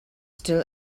still